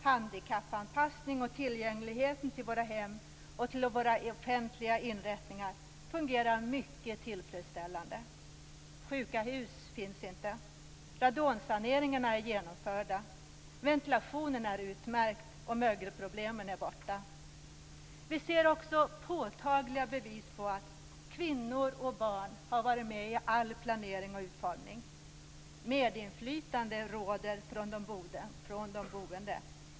Handikappanpassning och tillgängligheten till våra hem och till våra offentliga inrättningar fungerar mycket tillfredsställande. Sjuka hus finns inte. Radonsaneringar är genomförda. Ventilationen är utmärkt och mögelproblemen är borta. Vi ser också påtagliga bevis på att kvinnor och barn har varit med i all planering och utformning. Medinflytande råder från de boende.